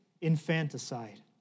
infanticide